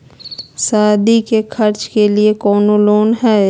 सादी के खर्चा के लिए कौनो लोन है?